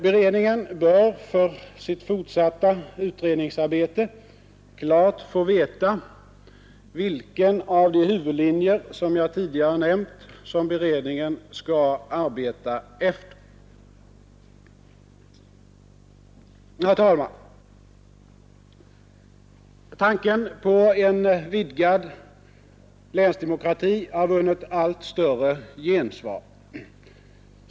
Beredningen bör för sitt fortsatta utredningsarbete klart få veta vilken av de huvudlinjer jag tidigare nämnt som beredningen skall arbeta efter. Herr talman! Tanken på en vidgad länsdemokrati har vunnit allt större gensvar.